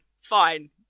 Fine